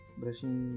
brushing